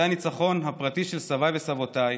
זה הניצחון הפרטי של סביי וסבותיי.